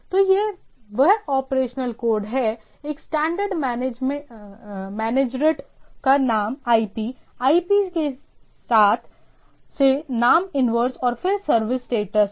तो वह operational code है एक स्टैंडर्ड मैनेजरट का नाम IP IP से नाम इन्वर्स और फिर सर्विस स्टेटस है